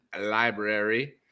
library